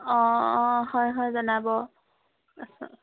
অঁ অঁ হয় হয় জনাব